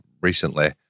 recently